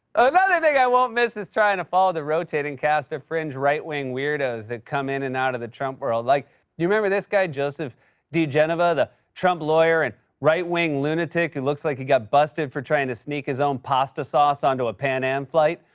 another thing i won't miss it trying to follow the rotating cast of fringe right-wing weirdos that come in and out of the trump world. like you remember this guy, joseph digenova, the trump lawyer and right-wing lunatic who looks like he got busted for trying to sneak his own pasta sauce on to a pan-am flight?